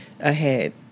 ahead